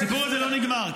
הסיפור הזה לא נגמר,